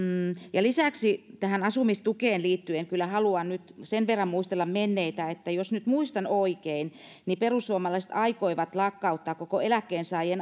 lisäksi tähän asumistukeen liittyen kyllä haluan nyt sen verran muistella menneitä jos nyt muistan oikein että perussuomalaiset aikoivat lakkauttaa koko eläkkeensaajan